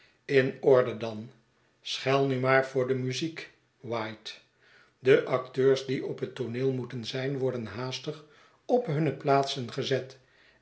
in orde dan schel nu maar voor de muziek white de acteurs die op het tooneel moeten zijn worden haastig op hunne plaatsen gezet